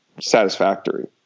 satisfactory